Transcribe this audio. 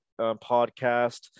podcast